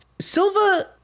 Silva